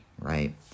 right